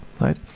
right